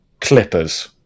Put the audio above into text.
clippers